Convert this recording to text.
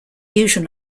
usual